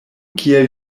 kiel